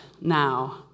now